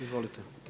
Izvolite.